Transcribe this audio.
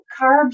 carbs